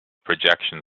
projection